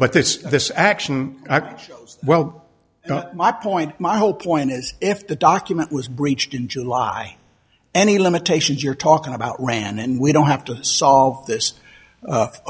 but this this action act well my point my whole point is if the document was breached in july any limitations you're talking about ran and we don't have to solve this